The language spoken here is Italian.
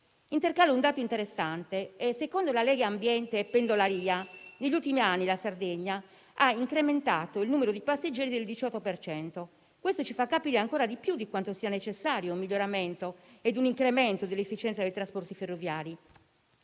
Intercalo un dato interessante. Secondo il rapporto Pendolaria di Legambiente, negli ultimi anni la Sardegna ha incrementato il numero di passeggeri del 18 per cento. Questo ci fa capire ancora di più quanto siano necessari un miglioramento e un incremento dell'efficienza dei trasporti ferroviari.